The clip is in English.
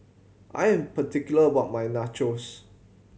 I am particular about my Nachos